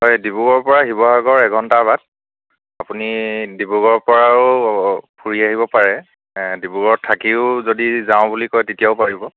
হয় ডিব্ৰুগড়ৰ পৰা শিৱসাগৰ এঘণ্টাৰ বাট আপুনি ডিব্ৰুগড়ৰ পৰাও ফুৰি আহিব পাৰে ডিব্ৰুগড়ত থাকিও যদি যাওঁ বুলি কয় তেতিয়াও পাৰিব